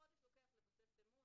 לוקח לבסס אמון,